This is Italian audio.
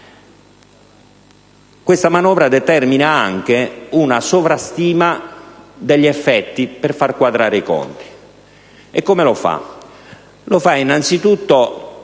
questa manovra determina anche una sovrastima degli effetti per far quadrare i conti. E come lo fa?